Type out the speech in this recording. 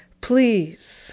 please